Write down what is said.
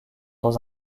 dans